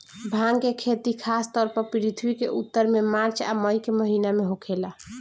भांग के खेती खासतौर पर पृथ्वी के उत्तर में मार्च आ मई के महीना में होखेला